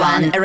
One